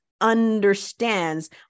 understands